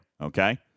Okay